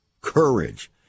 courage